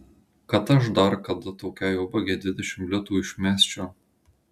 kad aš dar kada tokiai ubagei dvidešimt litų išmesčiau